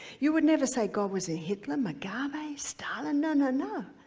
you would never say god was in hitler, mugabe, stalin, and no,